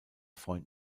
freund